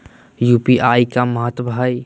UPI के का मतलब हई?